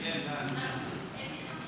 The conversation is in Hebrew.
נתוני תקשורת)